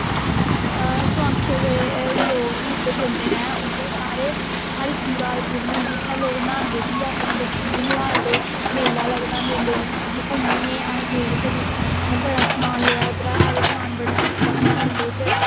सोआंखे दे लोग बी उध्दर जंदे नै उद्धर सारे हर इक मुराद पूरी होंदी उत्थैं लोग न्हांदे बी ऐ अपने बच्चें गी बी नोहालदे मेला लगदा मेले बिच्च अस घूमे हे अस गे हे जदूं असैं बड़ा समान लेआ उध्दरा है बी समान बड़ा सस्ता होंदा मेले बिच्च